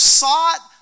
sought